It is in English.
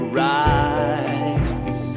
rights